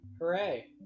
Hooray